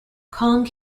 kong